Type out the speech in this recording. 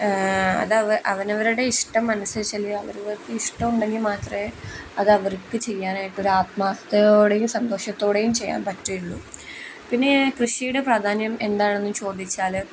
അത് അവനവരുടെ ഇഷ്ടം അനുസരിച്ച് അല്ലെങ്കിൽ അവരവർക്ക് ഇഷ്ടം ഉണ്ടെങ്കിൽ മാത്രമേ അതവർക്ക് ചെയ്യാനായിട്ട് ഒരു ആത്മാർഥതയോടെയും സന്തോഷത്തോടെയും ചെയ്യാൻ പറ്റുള്ളൂ പിന്നെ കൃഷിയുടെ പ്രാധാന്യം എന്താണെന്ന് ചോദിച്ചാൽ